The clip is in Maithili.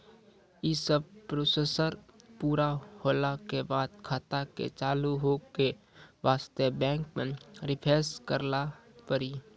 यी सब प्रोसेस पुरा होला के बाद खाता के चालू हो के वास्ते बैंक मे रिफ्रेश करैला पड़ी?